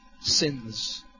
Sins